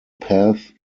path